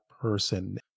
person